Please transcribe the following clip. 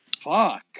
Fuck